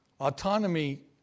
Autonomy